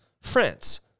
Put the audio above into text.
France